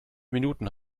minuten